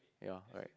ya right